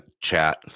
chat